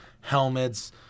helmets